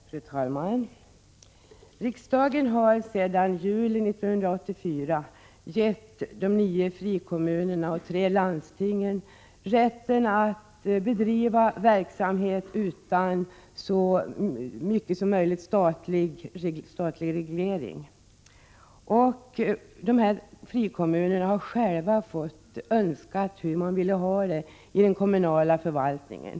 Fru talman! Riksdagen har sedan juli 1984 givit de nio frikommunerna och tre landsting rätt att bedriva verksamhet utan, så långt det är möjligt, statlig reglering. Frikommunerna har själva fått ange hur de vill ha det i den kommunala förvaltningen.